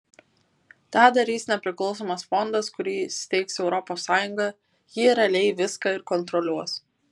tą darys nepriklausomas fondas kurį steigs europos sąjunga ji realiai viską ir kontroliuos